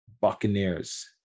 buccaneers